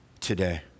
today